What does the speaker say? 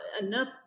enough